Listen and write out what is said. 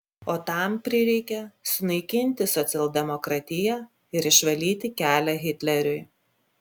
o tam prireikė sunaikinti socialdemokratiją ir išvalyti kelią hitleriui